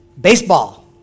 Baseball